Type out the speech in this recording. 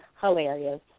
hilarious